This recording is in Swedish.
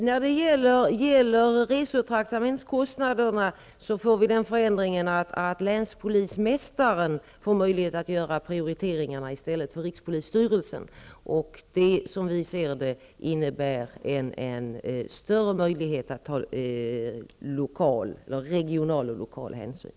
Herr talman! När det gäller rese och traktamentskostnaderna får vi den förändringen att länspolismästaren får möjlighet att göra prioriteringar i stället för rikspolisstyrelsen. Det innebär, som vi ser det, större möjligheter att ta regionala och lokala hänsyn.